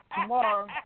tomorrow